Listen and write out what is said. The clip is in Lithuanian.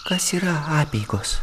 kas yra apeigos